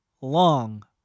long